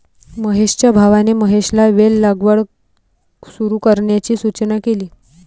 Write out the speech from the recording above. महेशच्या भावाने महेशला वेल लागवड सुरू करण्याची सूचना केली